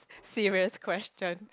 serious question